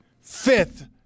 fifth